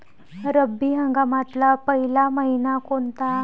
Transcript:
रब्बी हंगामातला पयला मइना कोनता?